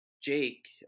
Jake